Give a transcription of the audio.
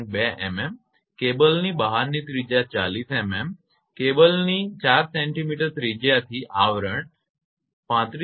2 mm કેબલની બહારની ત્રિજ્યા 40 mm છે જે કેબલની 4 cm ત્રિજ્યાથી આવરણ 35